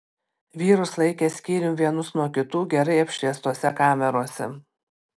vyrus laikė skyrium vienus nuo kitų gerai apšviestose kamerose